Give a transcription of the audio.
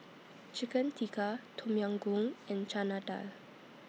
Chicken Tikka Tom Yam Goong and Chana Dal